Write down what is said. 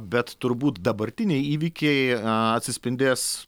bet turbūt dabartiniai įvykiai atsispindės